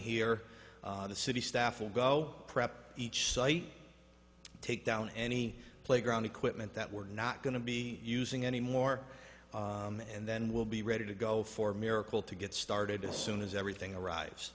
here in the city staff will go prep each site take down any playground equipment that we're not going to be using anymore and then we'll be ready to go for miracle to get started as soon as everything arrives